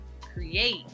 create